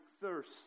thirst